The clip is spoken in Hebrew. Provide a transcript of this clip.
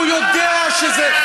הוא יודע שזה,